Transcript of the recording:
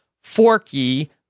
Forky